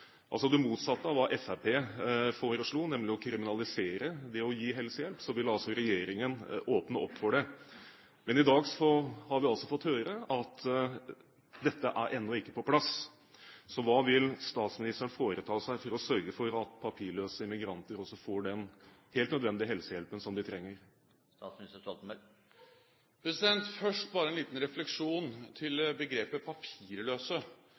hva Fremskrittspartiet foreslo, nemlig å kriminalisere det å gi helsehjelp, vil altså regjeringen åpne opp for det. Men i dag har vi fått høre at dette er ennå ikke på plass. Hva vil statsministeren foreta seg for å sørge for at papirløse immigranter også får den helt nødvendige helsehjelpen som de trenger? Først bare en liten refleksjon rundt begrepet